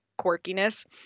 quirkiness